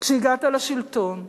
כשהגעת לשלטון,